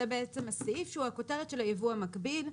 זה בעצם הסעיף שהוא הכותרת של היבוא המקביל.